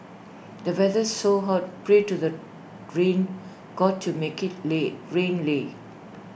the weather's so hot pray to the rain God to make IT li rain li